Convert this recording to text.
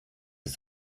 ist